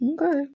Okay